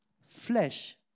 Flesh